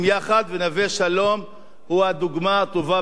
ונווה-שלום הוא הדוגמה הטובה ביותר.